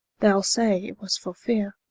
they'le say it was for feare.